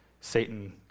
Satan